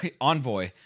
Envoy